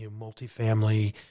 multifamily